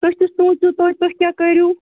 تُہۍ تہِ سوٗنٛچو توتہِ تُہۍ کیٛاہ کٔرِو